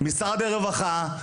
משרד הרווחה,